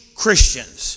Christians